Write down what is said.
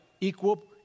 Equal